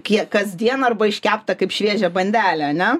kiek kasdieną arba iškepta kaip šviežia bandelė ane